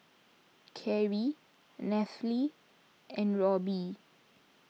Karrie Nathaly and Robby